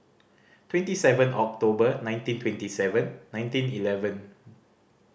twenty seven October nineteen twenty seven nineteen eleven